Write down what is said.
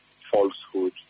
falsehood